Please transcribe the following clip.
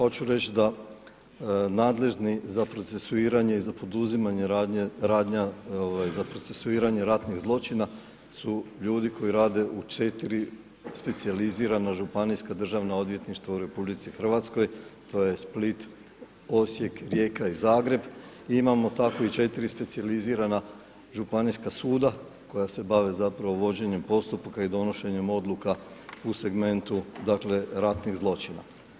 Hoću reći da nadležni za procesuiranje i za poduzimanje radnja za procesuiranje ratnih zločina su ljudi koji rade u 4 specijalizirana županijska državna odvjetništva u RH, to je Split, Osijek, Rijeka i Zagreb i imamo tako 4 specijalizirana županijska suda koja se bave zapravo vođenjem postupka i donošenjem odluka u segmentu dakle ratnih zločina.